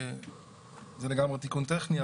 זה לגמרי תיקון טכני,